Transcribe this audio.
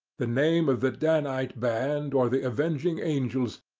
the name of the danite band, or the avenging angels,